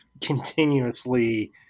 continuously